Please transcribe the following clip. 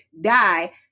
die